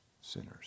sinners